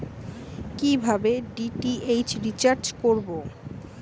কিভাবে DTH recharge করব?